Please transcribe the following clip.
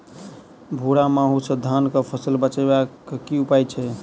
भूरा माहू सँ धान कऽ फसल बचाबै कऽ की उपाय छै?